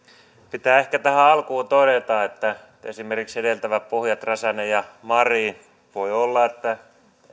pitää ehkä tähän alkuun todeta esimerkiksi edeltäville puhujille räsänen ja marin että voi olla että